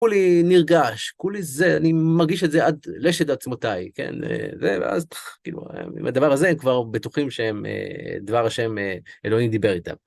כולי נרגש, כולי זה, אני מרגיש את זה עד לשד עצמותיי, כן? ואז כאילו, עם הדבר הזה הם כבר בטוחים שהם דבר אשם אלוהים דיבר איתם.